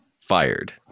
Fired